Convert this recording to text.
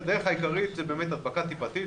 הדרך העיקרית היא הדבקה טיפתית.